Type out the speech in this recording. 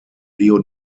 rio